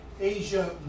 Asia